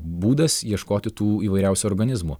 būdas ieškoti tų įvairiausių organizmų